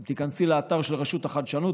אם תיכנסי לאתר של רשות החדשנות,